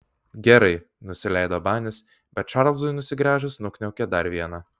gerai nusileido banis bet čarlzui nusigręžus nukniaukė dar vieną